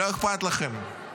לא אכפת לכם.